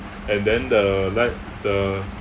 and then the like the